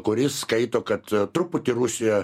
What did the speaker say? kuris skaito kad truputį rusija